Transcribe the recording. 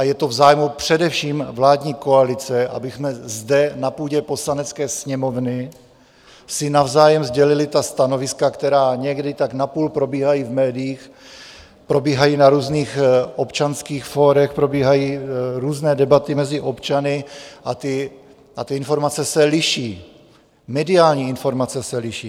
Je to v zájmu především vládní koalice, abychom si zde na půdě Poslanecké sněmovny navzájem sdělili stanoviska, která někdy tak napůl probíhají v médiích, probíhají na různých občanských fórech, probíhají různé debaty mezi občany a ty informace se liší, mediální informace se liší.